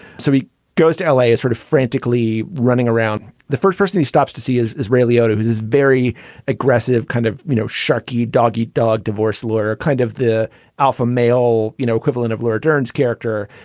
so he goes to l a. is sort of frantically running around. the first person he stops to see israeli otah his is very aggressive, kind of, you know, sharkie, doggy dogg, divorce lawyer, kind of the alpha male, you know, equivalent of laura dern's character.